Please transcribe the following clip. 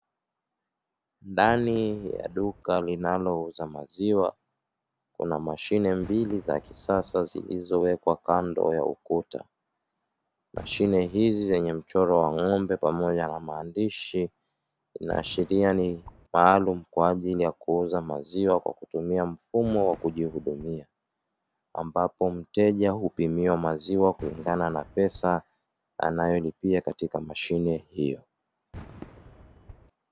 Ndani ya duka linalouza maziwa kuna mashine mbili za kisasa zilizowekwa kando ya ukuta, mashine hizi zenye mchoro wa ng'ombe pamoja na maandishi inaashiria ni maalum kwa ajili ya kuuza maziwa kwa kutumia mfumo wa kujihudumia, ambapo mteja hupimiwa maziwa kulingana na pesa anayolipia katika mashine hiyo.